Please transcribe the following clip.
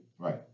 Right